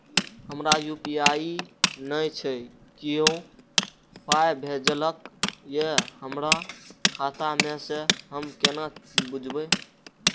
हमरा यू.पी.आई नय छै कियो पाय भेजलक यै हमरा खाता मे से हम केना बुझबै?